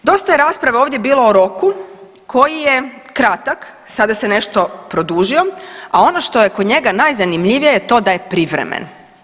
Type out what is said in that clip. Dosta je rasprave ovdje bilo o roku koji je kratak, sada se nešto produžio a ono što je kod njega najzanimljivije je to da je privremen.